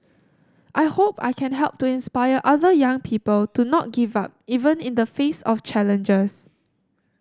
I hope I can help to inspire other young people to not give up even in the face of challenges